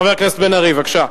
חבר הכנסת מיכאל בן-ארי, בבקשה,